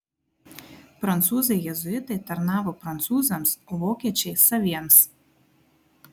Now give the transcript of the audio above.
prancūzai jėzuitai tarnavo prancūzams o vokiečiai saviems